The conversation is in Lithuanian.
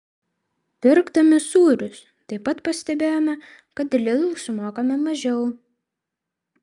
pirkdami sūrius taip pat pastebėjome kad lidl sumokame mažiau